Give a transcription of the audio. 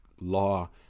law